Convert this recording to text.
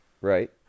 right